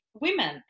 women